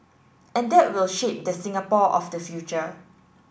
and that will shape the Singapore of the future